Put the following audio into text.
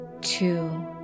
Two